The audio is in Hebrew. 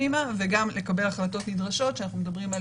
עמה וגם לקבל החלטות נדרשות כשאנחנו מדברים,